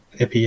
AP